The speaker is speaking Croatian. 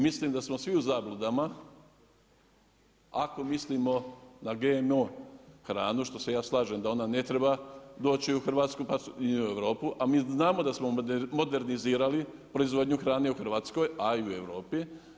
Mislim da smo svi u zabludama ako mislimo na GMO hranu, što se ja slažem da ona ne treba doći u Hrvatsku ni u Europu a mi znamo da smo modernizirali proizvodnju hrane u Hrvatskoj a i u Europi.